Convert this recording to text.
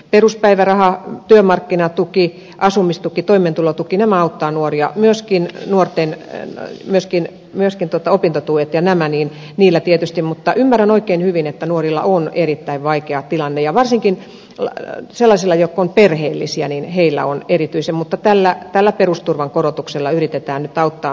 peruspäiväraha työmarkkinatuki asumistuki toimeentulotuki auttavat nuoria myöskin opintotuet ja nämä mutta ymmärrän oikein hyvin että nuorilla on erittäin vaikea tilanne ja varsinkin sellaisilla jotka ovat perheellisiä erityisesti heillä mutta tällä perusturvan korotuksella yritetään nyt auttaa myös heitä